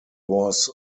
was